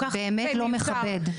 באמת לא מכבד.